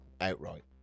outright